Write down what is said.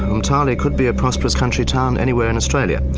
untali could be a prosperous country town anywhere in australia,